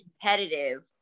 competitive